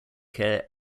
care